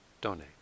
donate